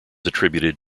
attributed